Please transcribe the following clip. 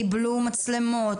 קיבלו מצלמות,